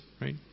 right